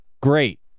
Great